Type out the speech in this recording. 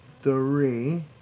three